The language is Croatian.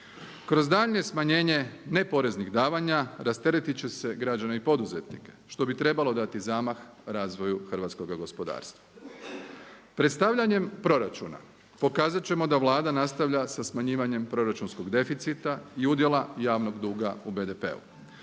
Kroz daljnje smanjenje neporeznih davanja rasteretiti će se građanin poduzetnik što bi trebalo dati zamah razvoju hrvatskoga gospodarstva. Predstavljanjem proračuna pokazat ćemo da Vlada nastavlja sa smanjivanjem proračunskog deficita i udjela javnog duga u BDP-u